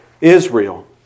Israel